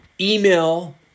email